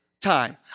time